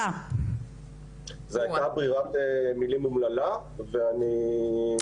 זו הייתה ברירת מילים אומללה, ואני מצטער עליה.